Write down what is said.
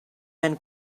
man